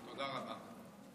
תודה רבה.